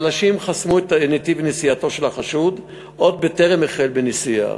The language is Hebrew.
הבלשים חסמו את נתיב נסיעתו של החשוד עוד בטרם החל בנסיעה.